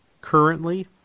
currently